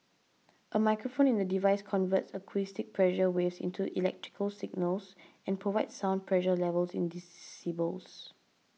a microphone in the device converts acoustic pressure waves into electrical signals and provides sound pressure levels in decibels